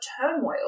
turmoil